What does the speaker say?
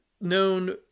known